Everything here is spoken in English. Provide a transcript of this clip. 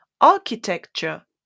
architecture